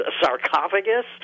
sarcophagus